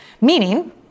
Meaning